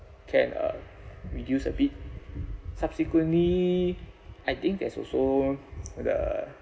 can uh reduce a bit subsequently I think there's also the